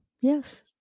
yes